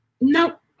Nope